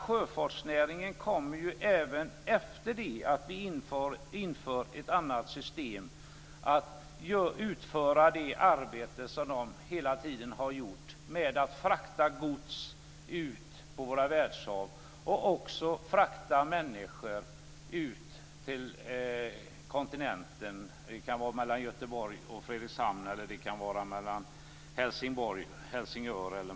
Sjöfartsnäringen kommer ju, även efter det att vi har infört ett annat system, att utföra det arbete som man hela tiden har gjort - att frakta gods ut på våra världshav och människor ut till kontinenten. Det kan vara mellan Göteborg och Fredrikshamn, mellan Tyskland.